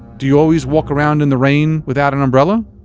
do you always walk around in the rain without an umbrella?